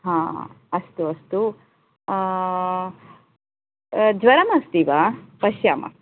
हा अस्तु अस्तु ज्वरमस्ति वा पश्याम